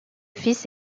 fils